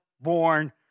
born